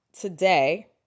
today